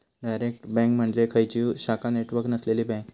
direct bank म्हणजे खंयचीव शाखा नेटवर्क नसलेली बँक